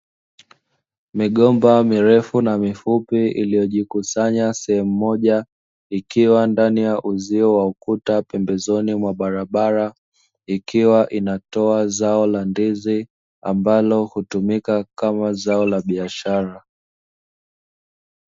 Migomba mirefu na mifupi iliyojikusanya sehemu moja, ikiwa ndani ya uzio wa ukuta pembezoni mwa barabara, ikiwa inatoa zao la ndizi, ambalo hutumika kama zao la biashara.